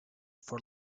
for